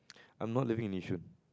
I'm not living in Yishun